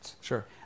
Sure